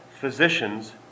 physicians